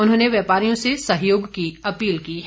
उन्होंने व्यापारियों से सहयोग की अपील की है